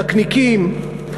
נקניקים,